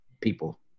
people